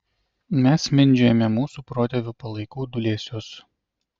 mes mindžiojame mūsų protėvių palaikų dūlėsius